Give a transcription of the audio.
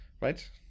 Right